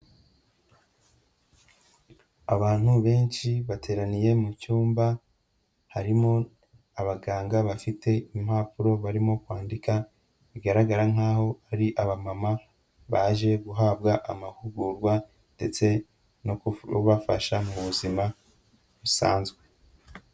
Abantu benshi bateraniye mu cyumba, harimo abaganga bafite impapuro barimo kwandika, bigaragara nk'aho ari aba mama baje guhabwa amahugurwa ndetse no kubafasha mu buzima busanzwe.